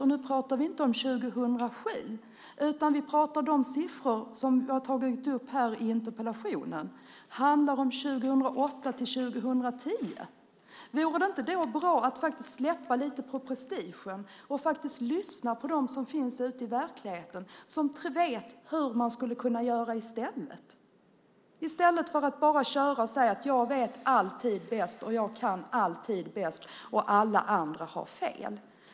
Och nu pratar vi inte om 2007, utan de siffror som jag har tagit upp i interpellationen handlar om 2008-2010. Vore det inte bra att då lätta lite på prestigen och faktiskt lyssna på dem som finns ute i verkligheten, som vet hur man skulle kunna göra i stället - i stället för att bara köra på och säga att jag vet alltid bäst, jag kan alltid mest och alla andra har fel?